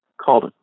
called